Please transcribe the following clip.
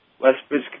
Westbridge